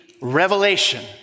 revelation